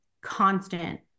constant